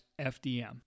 FDM